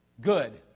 Good